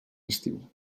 estiu